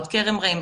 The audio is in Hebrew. או את כרם רעים.